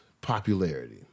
popularity